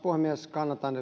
puhemies kannatan